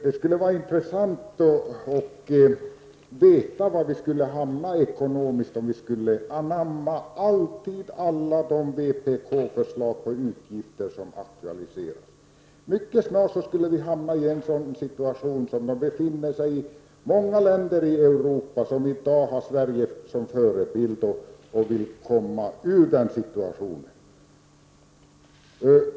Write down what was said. Det skulle vara intressant att få veta var vi skulle hamna ekonomiskt, om alla vpk:s förslag om utgiftsökningar bifölls. Mycket snart skulle vi nog hamna i den situation som många länder i Europa i dag befinner sig i, länder som har Sverige som förebild och som vill komma ur sin besvärliga situation.